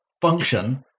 function